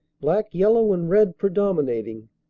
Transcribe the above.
black, yellow and red predomin ating,